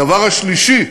הדבר השלישי,